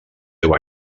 deu